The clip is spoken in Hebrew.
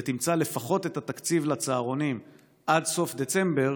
ותמצא לפחות את התקציב לצהרונים עד סוף דצמבר.